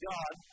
God